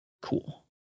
cool